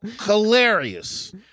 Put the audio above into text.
hilarious